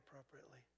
appropriately